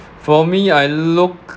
for me I look